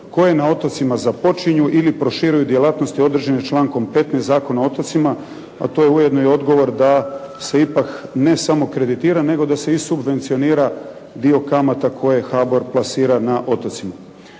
koje na otocima započinju ili proširuju djelatnosti određene člankom 15. Zakona o otocima a to je ujedno i odgovor da se ipak ne samo kreditira nego da se i subvencionira dio kamata koje HABOR plasira na otocima.